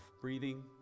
breathing